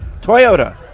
Toyota